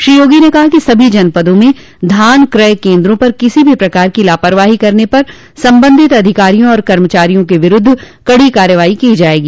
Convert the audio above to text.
श्री योगी ने कहा कि सभी जनपदों में धान क्रय केन्द्रों पर किसी भी प्रकार की लापरवाही करने पर सम्बन्धित अधिकारियों और कर्मचारियों के विरूद्ध कड़ी कार्रवाई की जायेगी